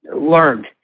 learned